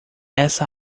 essa